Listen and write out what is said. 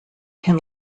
can